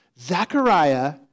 Zechariah